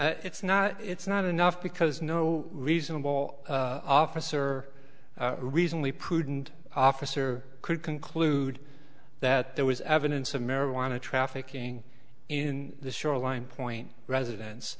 it's not it's not enough because no reasonable officer reasonably prudent officer could conclude that there was evidence of marijuana trafficking in the shoreline point residence